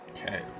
Okay